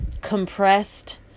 compressed